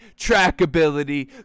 trackability